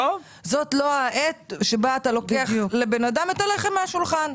אתה לא לוקח לבן אדם את הלחם מהשולחן.